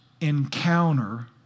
encounter